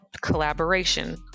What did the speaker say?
collaboration